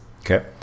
okay